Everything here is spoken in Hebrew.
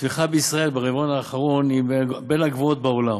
הצמיחה בישראל ברבעון האחרון היא בין הגבוהות בעולם.